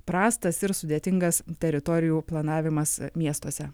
prastas ir sudėtingas teritorijų planavimas miestuose